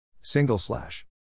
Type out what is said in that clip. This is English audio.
Single-slash